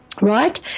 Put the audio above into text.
right